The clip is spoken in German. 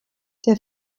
der